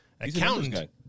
accountant